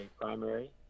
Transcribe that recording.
primary